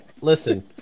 listen